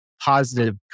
positive